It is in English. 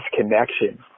Connection